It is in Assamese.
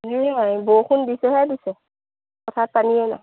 তেনেকুৱাই বৰষুণ দিছেহে দিছে পথাৰত পানীয়ে নাই